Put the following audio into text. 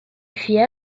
fut